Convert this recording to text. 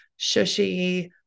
shushy